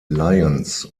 lions